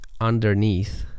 underneath